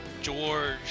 George